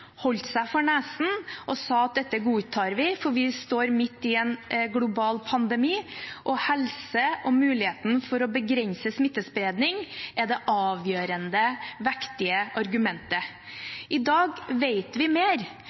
og sa at dette godtar vi fordi vi står midt oppe i en global pandemi, og helse og muligheten til å begrense smittespredning er det avgjørende, vektige argumentet. I dag vet vi mer,